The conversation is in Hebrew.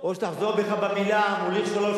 או שתחזור בך מהמלה "מוליך שולל",